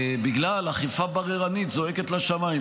בגלל אכיפה בררנית זועקת לשמיים.